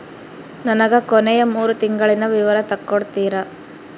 ನನಗ ಕೊನೆಯ ಮೂರು ತಿಂಗಳಿನ ವಿವರ ತಕ್ಕೊಡ್ತೇರಾ?